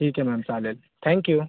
ठीक आहे मॅम चालेल थँक्यू